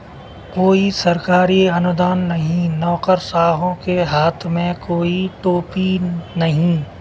कोई सरकारी अनुदान नहीं, नौकरशाहों के हाथ में कोई टोपी नहीं